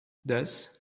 thus